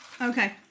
Okay